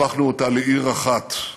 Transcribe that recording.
הפכנו אותה לעיר אחת,